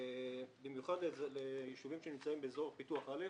במיוחד ליישובים שנמצאים באזור פיתוח א'.